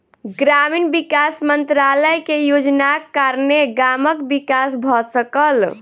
ग्रामीण विकास मंत्रालय के योजनाक कारणेँ गामक विकास भ सकल